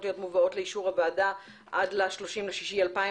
להיות מובאות לאישור הוועדה עד ל-30.6.2018